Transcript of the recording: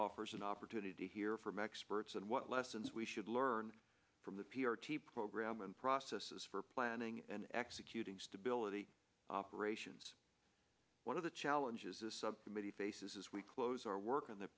offers an opportunity to hear from experts and what lessons we should learn from the p r t program and processes for planning and executing stability operations one of the challenges a subcommittee faces as we close our work in the